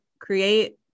create